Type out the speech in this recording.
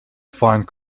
find